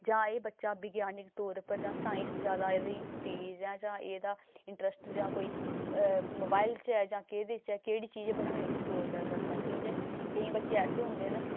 जां एह् बच्चा विज्ञानिक तौर पर जां साईंस जादा एह्दे तेज़ ऐ जां एह्दा इंटरस्ट जां कोई मोबाइल च ऐ जां केह्दे च केह्ड़ी चीज़ बनाने च जोर करदा की जे केईं बच्चे ऐसे होंदे न